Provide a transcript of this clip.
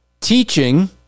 teaching